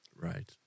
Right